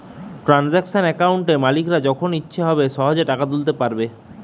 transaction অ্যাকাউন্টে মালিকরা যখন ইচ্ছে হবে সহেজে টাকা তুলতে পাইরবে